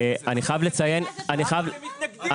אנחנו יצאנו למחאה הזאת למען איציק סעידיאן,